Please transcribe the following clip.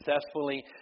successfully